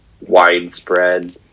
widespread